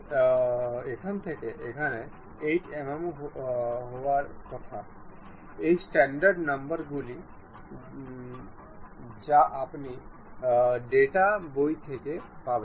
আসুন আমরা মিনিমাম হওয়ার জন্য 30 টি নির্বাচন করি এবং ম্যাক্সিমাম মান হিসাবে 180 বলি